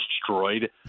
destroyed